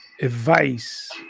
advice